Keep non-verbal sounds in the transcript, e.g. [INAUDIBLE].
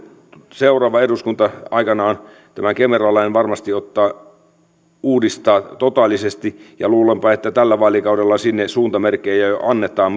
seuraava eduskunta aikanaan tämän kemera lain varmasti uudistaa totaalisesti ja luulenpa että tällä vaalikaudella sinne suuntamerkkejä jo jo annetaan [UNINTELLIGIBLE]